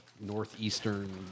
northeastern